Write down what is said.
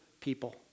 people